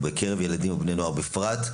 ובקרב ילדים ובני נוער בפרט,